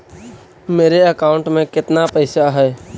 मेरे अकाउंट में केतना पैसा है?